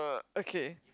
okay